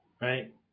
right